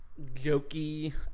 jokey